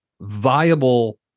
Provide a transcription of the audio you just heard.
viable